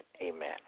Amen